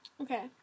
Okay